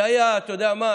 אתה יודע מה,